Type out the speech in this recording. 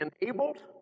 enabled